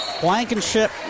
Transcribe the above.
Blankenship